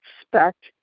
expect